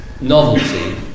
novelty